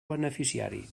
beneficiari